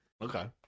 Okay